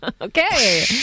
Okay